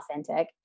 authentic